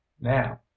now